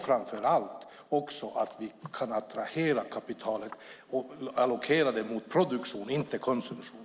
Framför allt ska vi också kunna attrahera kapitalet och allokera det mot produktion, inte konsumtion.